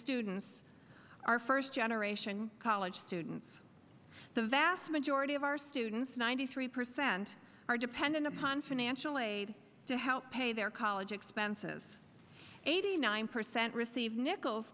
students are first generation college students the vast majority of our students ninety three percent are dependent upon financial aid to help pay their college expenses eighty nine percent receive nichols